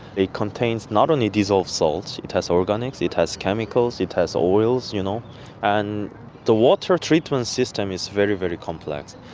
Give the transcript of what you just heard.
contains not only dissolved salt, it has organics, it has chemicals, it has oils, you know and the water treatment system is very, very complex,